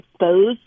exposed